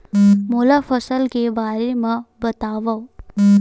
मोला फसल के बारे म बतावव?